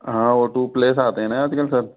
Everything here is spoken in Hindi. हाँ वो टू प्लेस आते हैं ना आज कल सर